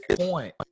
point